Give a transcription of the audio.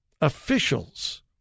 officials